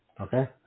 Okay